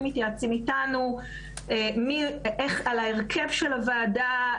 מתייעצים איתנו על ההרכב של הוועדה,